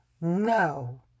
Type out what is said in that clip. No